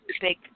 big